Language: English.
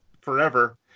forever